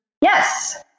Yes